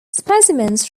specimens